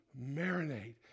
marinate